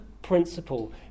principle